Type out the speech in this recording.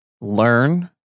learn